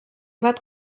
bat